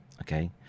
okay